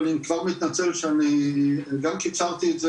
ואני כבר מתנצל שאני גם קיצרתי את זה